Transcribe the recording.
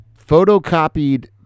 photocopied